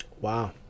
Wow